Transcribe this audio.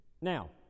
Now